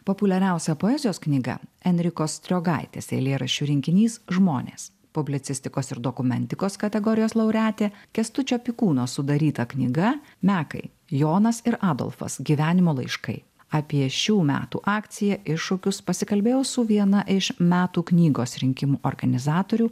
populiariausia poezijos knyga enrikos striogaitės eilėraščių rinkinys žmonės publicistikos ir dokumentikos kategorijos laureatė kęstučio pikūno sudaryta knyga mekai jonas ir adolfas gyvenimo laiškai apie šių metų akciją iššūkius pasikalbėjo su viena iš metų knygos rinkimų organizatorių